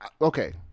Okay